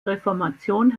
reformation